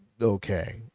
okay